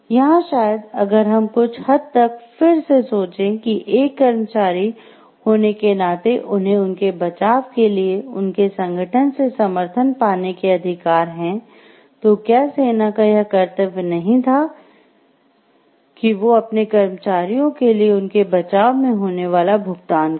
यहाँ शायद अगर हम कुछ हद तक फिर से सोचें कि एक कर्मचारी होने के नाते उन्हें उनके बचाव के लिए उनके संगठन से समर्थन पाने के अधिकार है तो क्या सेना का यह कर्त्तव्य नहीं था को वो अपने कर्मचारियों के लिए उनके बचाव में होने वाला भुगतान करे